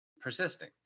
persisting